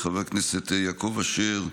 חבר הכנסת יעקב אשר,